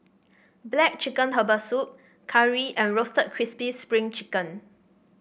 black chicken Herbal Soup curry and Roasted Crispy Spring Chicken